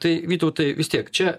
tai vytautai vis tiek čia